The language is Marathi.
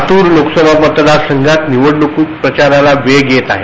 लातूर लोकसभा मतदार संघात निवडणूक प्रचाराला वेग येत आहे